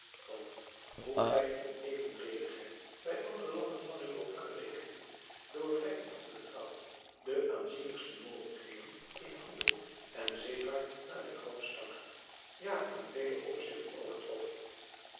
dat hoe klein in evenredigheid bij andere landen van europa gerekend door vlijt en goede trouw de aanzienlijkste mogendheden in handel en zeevaart naar de kroon stak ja in vele opzigten